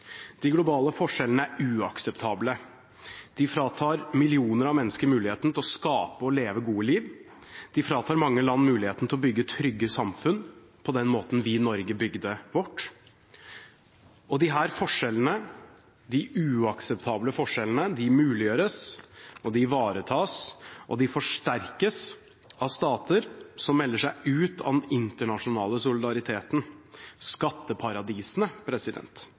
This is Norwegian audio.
De globale forskjellene er uakseptable. De fratar millioner av mennesker muligheten til å skape og leve gode liv. De fratar mange land muligheten til å bygge trygge samfunn på den måten vi i Norge bygde vårt. Og disse forskjellene – de uakseptable forskjellene – muliggjøres, ivaretas og forsterkes av stater som melder seg ut av den internasjonale solidariteten. Skatteparadisene